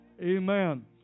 Amen